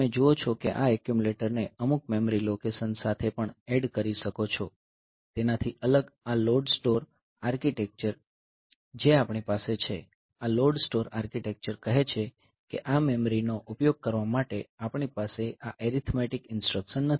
તમે જુઓ છો કે આ એક્યુમ્યુલેટર ને અમુક મેમરી લોકેશન સાથે પણ એડ કરી શકો છો તેનાથી અલગ આ લોડ સ્ટોર આર્કિટેક્ચર જે આપણી પાસે છે આ લોડ સ્ટોર આર્કિટેક્ચર કહે છે કે આ મેમરીનો ઉપયોગ કરવા માટે આપણી પાસે આ એરીથમેટીક ઇન્સટ્રકશન નથી